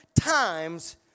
times